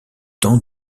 temps